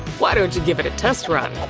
why don't you give it a test run!